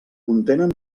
contenen